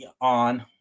on